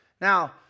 Now